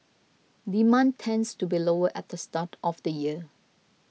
demand tends to be lower at the start of the year